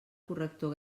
corrector